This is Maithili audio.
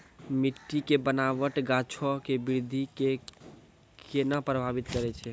मट्टी के बनावट गाछो के वृद्धि के केना प्रभावित करै छै?